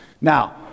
Now